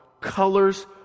colors